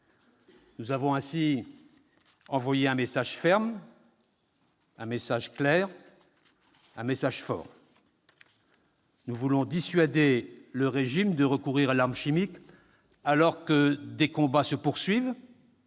Nous avons ainsi envoyé un message ferme, un message clair, un message fort. Nous voulons dissuader le régime de recourir à l'arme chimique, alors que des combats se poursuivent